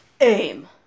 Aim